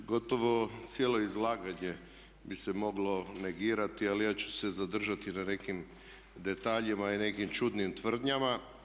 Pa gotovo cijelo izlaganje bi se moglo negirati ali ja ću se zadržati na nekim detaljima i nekim čudnim tvrdnjama.